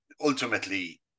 ultimately